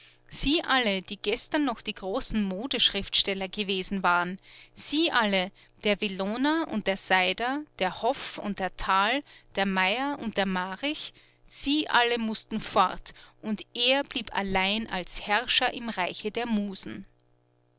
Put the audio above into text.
sie alle die gestern noch die großen modeschriftsteller gewesen waren sie alle der villoner und der seider der hoff und der thal der meier und der marich sie alle mußten fort und er blieb allein als herrscher im reiche der musen